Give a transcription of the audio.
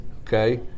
Okay